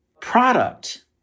product